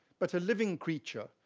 but a living creature,